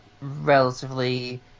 relatively